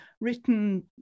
written